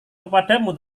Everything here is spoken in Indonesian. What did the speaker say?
kepadamu